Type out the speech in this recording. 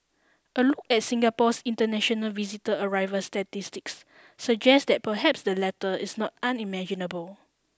a look at Singapore's international visitor arrival statistics suggest that perhaps the latter is not unimaginable